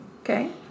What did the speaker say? Okay